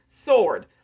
sword